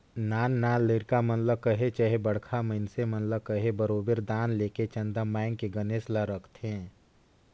नान नान लरिका मन ल कहे चहे बड़खा मइनसे मन ल कहे बरोबेर दान लेके चंदा मांएग के गनेस ल रखथें